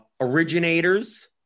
originators